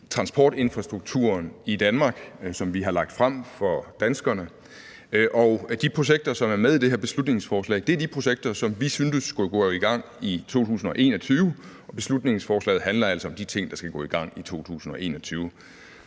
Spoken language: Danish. transportinfrastrukturen i Danmark, som vi har lagt frem for danskerne. Og de projekter, som er med i det her beslutningsforslag, er de projekter, som vi synes skulle gå i gang i 2021, og beslutningsforslaget handler altså om de ting, som skal gå i gang i 2021.